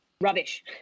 Rubbish